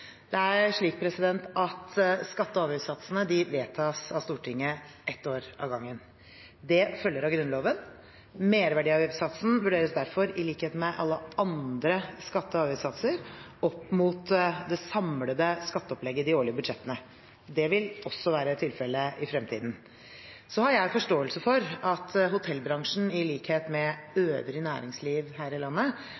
Det er slik at skatte- og avgiftssatsene vedtas av Stortinget for ett år av gangen. Det følger av Grunnloven. Merverdiavgiftssatsen vurderes derfor, i likhet med alle andre skatte- og avgiftssatser, opp mot det samlede skatteopplegget i de årlige budsjettene. Det vil også være tilfellet i fremtiden. Jeg har forståelse for at hotellbransjen, i likhet med